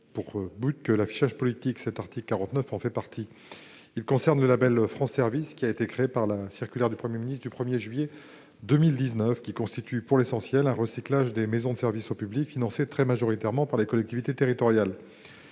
d'autre but que l'affichage politique. L'article 49 en fait partie. Il a pour objet le label France Services, créé par la circulaire du Premier ministre du 1 juillet 2019, qui constitue pour l'essentiel un recyclage des maisons de services au public financées très majoritairement par les collectivités territoriales.